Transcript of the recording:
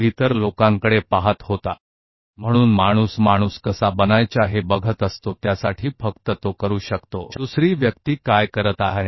इसलिए मानव देख रहा है कि वह कैसे इंसान बने ऐसा वह करने के लिए बस इतना कर सकता है कि जो दूसरा व्यक्ति कर रहा है वही करें